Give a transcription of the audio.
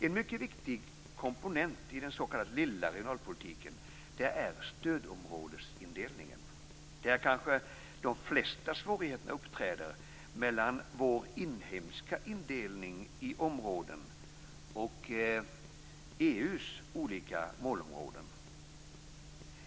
En mycket viktig komponent i den s.k. lilla regionalpolitiken är stödområdesindelningen, där kanske de flesta svårigheterna uppträder mellan vår inhemska indelning i områden och EU:s olika målområden.